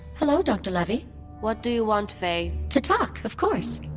hello, doctor levy what do you want, faye? to talk, of course.